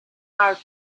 art